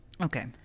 Okay